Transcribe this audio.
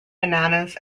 bananas